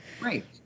Right